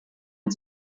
und